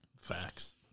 Facts